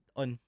on